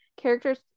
characters